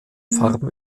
farben